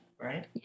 right